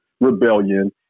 rebellion